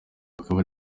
akaba